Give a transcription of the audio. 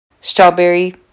strawberry